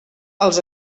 els